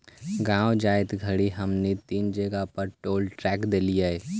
गाँव जाइत घड़ी हमनी तीन जगह पर टोल टैक्स देलिअई